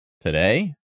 today